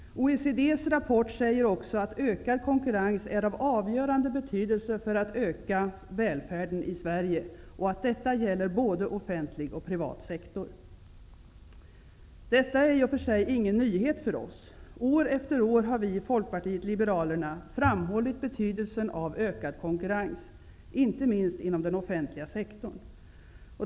OECD:s rapport säger också att ökad konkurrens är av avgörande betydelse för att öka välfärden i Sverige, och detta gäller både offentlig och privat sektor. Detta är i och för sig ingen nyhet för oss. År efter år har vi i Folkpartiet liberalerna framhållit betydelsen av ökad konkurrens -- inte minst inom den offentliga sektorn.